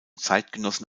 zeitgenossen